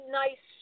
nice